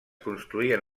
construïen